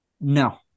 no